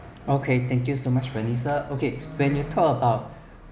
okay thank you so much vanessa okay when you talk about